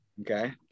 Okay